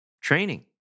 training